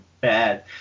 bad